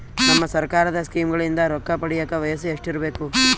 ನಮ್ಮ ಸರ್ಕಾರದ ಸ್ಕೀಮ್ಗಳಿಂದ ರೊಕ್ಕ ಪಡಿಯಕ ವಯಸ್ಸು ಎಷ್ಟಿರಬೇಕು?